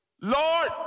Lord